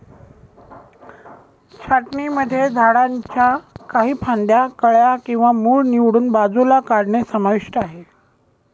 छाटणीमध्ये झाडांच्या काही फांद्या, कळ्या किंवा मूळ निवडून बाजूला काढणे समाविष्ट आहे